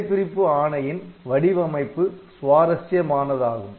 கிளை பிரிப்பு ஆணையின் வடிவமைப்பு சுவாரஸ்யமானதாகும்